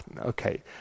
Okay